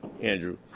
Andrew